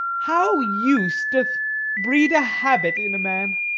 how use doth breed a habit in a man!